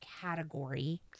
category